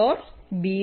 b OR b